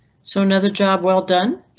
so another job well done?